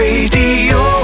Radio